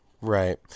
Right